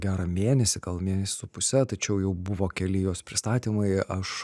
gerą mėnesį gal mėnesį su puse tačiau jau buvo keli jos pristatymai aš